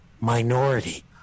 minority